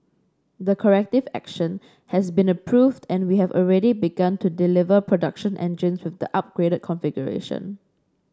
the corrective action has been approved and we have already begun to deliver production engines with the upgraded configuration